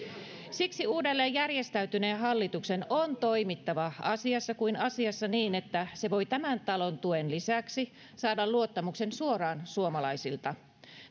siksi uudelleen järjestäytyneen hallituksen on toimittava asiassa kuin asiassa niin että se voi tämän talon tuen lisäksi saada luottamuksen suoraan suomalaisilta